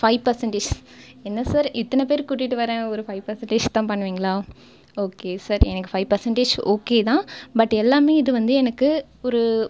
five percentage என்ன sir இத்தனை பேர் கூட்டிகிட்டு வரேன் ஒரு ஃபைவ் பர்சன்டேஜ் தான் பண்ணுவீங்களா ஓகே சார் எனக்கு ஃபைவ் பர்சன்டேஜ் ஓகே தான் பட் எல்லாமே இது வந்து எனக்கு ஒரு